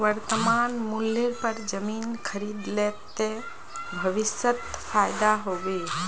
वर्तमान मूल्येर पर जमीन खरीद ले ते भविष्यत फायदा हो बे